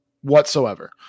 whatsoever